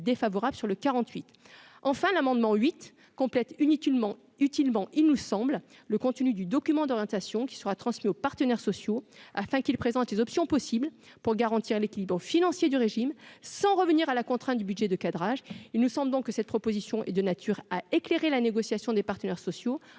défavorable sur le 48 enfin l'amendement huit complète inutilement utilement, il nous semble le contenu du document d'orientation qui sera transmis aux partenaires sociaux afin qu'il présente les options possibles pour garantir l'équilibre financier du régime sans revenir à la contrainte du budget de cadrage, il nous semble donc que cette proposition est de nature à éclairer la négociation des partenaires sociaux en